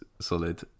solid